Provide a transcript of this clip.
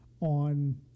on